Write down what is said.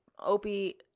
Opie